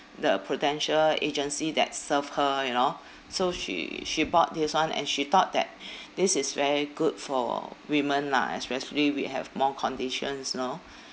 the prudential agency that serve her you know so she she bought this [one] and she thought that this is very good for women lah especially we have more conditions you know